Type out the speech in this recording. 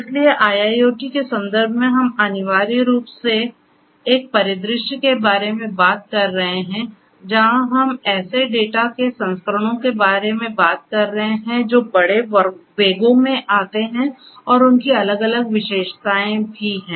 इसलिए IIoT के संदर्भ में हम अनिवार्य रूप से एक परिदृश्य के बारे में बात कर रहे हैं जहां हम ऐसे डेटा के संस्करणों के बारे में बात कर रहे हैं जो बड़े वेगों में आते हैं और उनकी अलग अलग विशेषताएं भी हैं